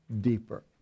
deeper